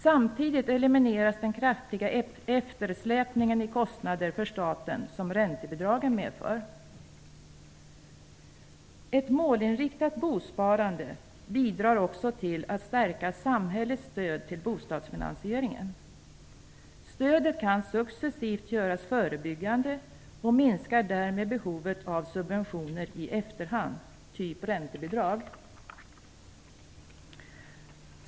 Samtidigt elimineras den kraftiga eftersläpning i kostnader för staten som räntebidragen medför. Ett målinriktat bosparande bidrar också till att stärka samhällets stöd till bostadsfinansieringen. Stödet kan successivt göras förebyggande och minskar därmed behovet av subventioner i efterhand, t.ex.